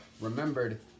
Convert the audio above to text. Remembered